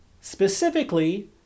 specifically